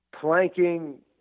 planking